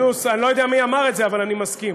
אני לא יודע מי אמר את זה, אבל אני מסכים.